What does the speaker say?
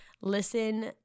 listen